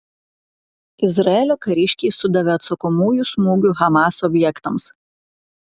izraelio kariškiai sudavė atsakomųjų smūgių hamas objektams